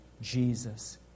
Jesus